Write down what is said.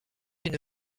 une